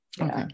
Okay